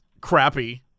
crappy